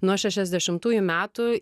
nuo šešiasdešimtųjų metų